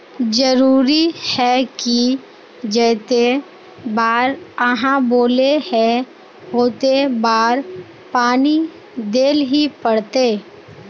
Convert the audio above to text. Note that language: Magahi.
जरूरी है की जयते बार आहाँ बोले है होते बार पानी देल ही पड़ते?